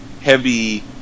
heavy